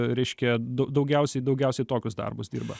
reiškia dau daugiausiai daugiausiai tokius darbus dirba